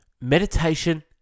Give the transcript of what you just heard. Meditation